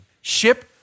Ship